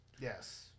Yes